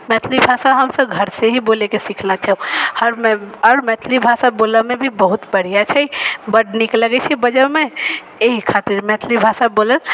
मैथिली भाषा हमसब घरसँ ही बोलैके सिखलहुँ छै हरमे आओर मैथिली भाषा बोलैमे भी बहुत बढ़िआँ छै बड नीक लगै छै बजैमे एहि खातिर मैथिली भाषा बोलै